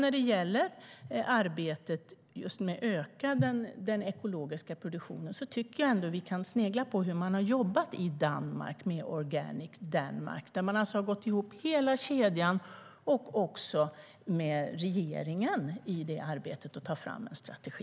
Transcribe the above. När det gäller arbetet med att öka den ekologiska produktionen kan vi snegla på hur man i Danmark har jobbat med Organic Denmark. Hela kedjan och regeringen har gått ihop i arbetet med att ta fram en strategi.